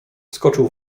wskoczył